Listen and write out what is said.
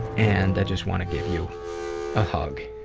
and i just wanna give you a hug.